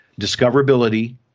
discoverability